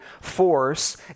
force